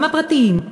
גם הפרטיים,